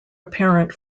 apparent